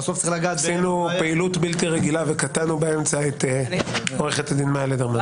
עשינו פעילות בלתי רגילה וקטענו באמצע את עו"ד מאיה לדרמן.